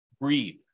Breathe